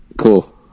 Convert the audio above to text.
Cool